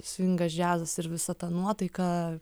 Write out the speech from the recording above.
svingas džiazas ir visa ta nuotaika